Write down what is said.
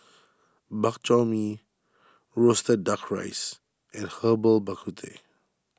Bak Chor Mee Roasted Duck Rice and Herbal Bak Ku Teh